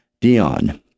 Dion